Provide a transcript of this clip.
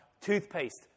Toothpaste